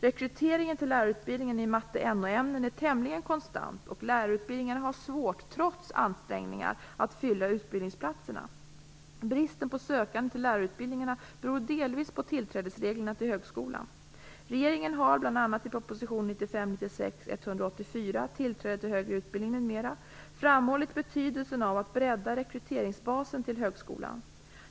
Rekryteringen till lärarutbildningen i matematik och NO ämnen är tämligen konstant. Lärarutbildningen har, trots ansträngningar, svårt att fylla utbildningsplatserna. Bristen på sökande till lärarutbildningarna beror delvis på tillträdesreglerna till högskolan. Regeringen har, bl.a. i proposition 1995/96:184, Tillträde till högre utbildning m.m., framhållit betydelsen av att bredda rekryteringsbasen till högskolan.